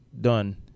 done